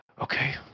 Okay